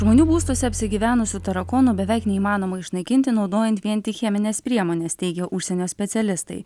žmonių būstuose apsigyvenusių tarakonų beveik neįmanoma išnaikinti naudojant vien tik chemines priemones teigia užsienio specialistai